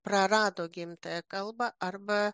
prarado gimtąją kalbą arba